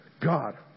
God